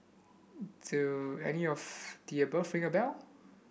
do any of the above ring a bell